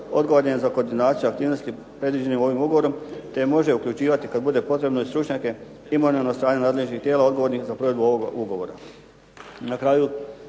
odgovoran je za koordinaciju aktivnosti predviđenih ovim ugovorom, te može uključivati kad bude potrebno i stručnjake …/Govornik se ne razumije./… nadležnih tijela odgovornih za provedbu ovoga ugovora. Na kraju,